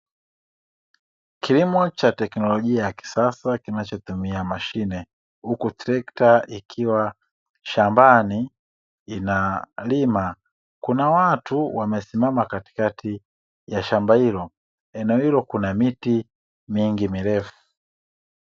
Kilimo cha teknolojia ya kisasa kinachotumia mashine, huku trekta ikiwa shambani inalima. Kuna watu wamesimama katikati ya shamba hilo. Eneo hilo kuna miti mingi mirefu.